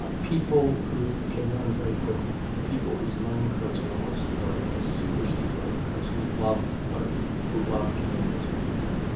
ah people who can learn very quickly, people whose learning curves are almost vertical, super steep learning curves, who love learning, who love continuous improvement,